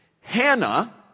Hannah